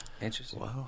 Interesting